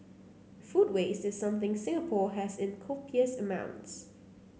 food waste is something Singapore has in copious amounts